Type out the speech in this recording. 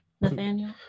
Nathaniel